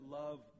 love